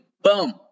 boom